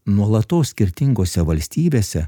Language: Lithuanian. nuolatos skirtingose valstybėse